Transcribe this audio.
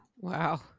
Wow